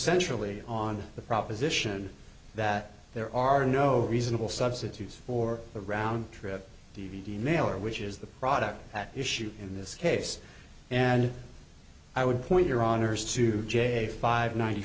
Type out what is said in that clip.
centrally on the proposition that there are no reasonable substitutes for a round trip d v d mailer which is the product at issue in this case and i would point your honour's to j five ninety